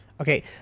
Okay